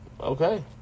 Okay